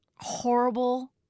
horrible